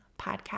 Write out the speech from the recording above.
podcast